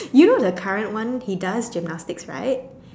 you know the current one he does gymnastics right